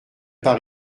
par